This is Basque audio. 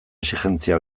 exijentzia